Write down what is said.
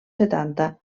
setanta